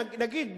נגיד,